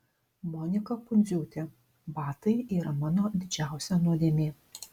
monika pundziūtė batai yra mano didžiausia nuodėmė